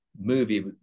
Movie